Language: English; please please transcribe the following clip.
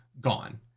gone